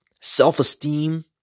Self-esteem